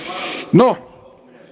no